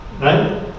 Right